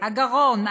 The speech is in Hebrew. הגרון,